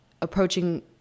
approaching